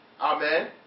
Amen